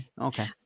Okay